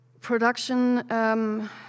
production